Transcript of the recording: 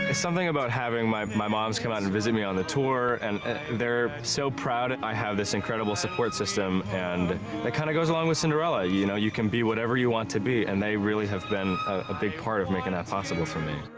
ah something about having my my moms come out and visit me on the tour. and they're they're so proud i have this incredible support system and it kinda goes along with cinderella. you know, you can be whatever you want to be, and they really have been a big part of making that possible to me.